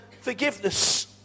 forgiveness